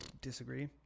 Disagree